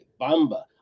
Bamba